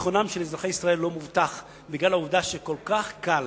ביטחונם של אזרחי ישראל לא מובטח בגלל העובדה שכל כך קל,